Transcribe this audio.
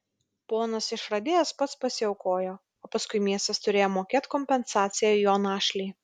ponas išradėjas pats pasiaukojo o paskui miestas turėjo mokėt kompensaciją jo našlei